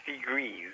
degrees